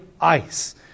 ice